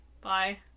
Bye